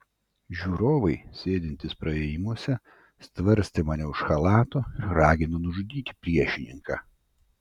žiūrovai sėdintys praėjimuose stvarstė mane už chalato ir ragino nužudyti priešininką